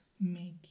make